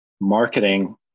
Marketing